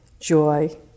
joy